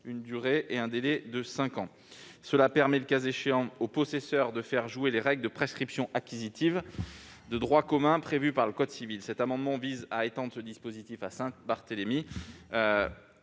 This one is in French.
que pendant un délai de cinq ans. Cela permet, le cas échéant, aux possesseurs de faire jouer les règles de prescription acquisitive de droit commun prévues par le code civil. Cet amendement vise à étendre le dispositif à Saint-Barthélemy.